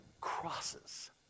crosses